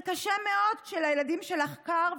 "זה קשה מאוד שלילדים שלך קר,